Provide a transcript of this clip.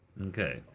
Okay